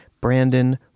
Brandon